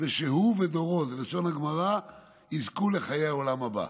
ושהוא ודורו, בלשון הגמרא, יזכו לחיי העולם הבא.